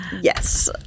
yes